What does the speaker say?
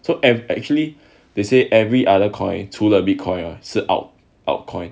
so I've actually they say every other coin 除了 bitcoin 是 alt alt coin